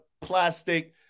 plastic